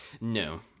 No